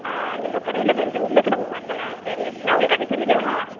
ஆ நம்ப கடையில் வந்து உருளைக்கெழங்கு மசாலா ஃபேமஸ் நான் உங்களுக்கு அது செஞ்சித் தரவா